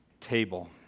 table